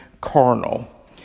carnal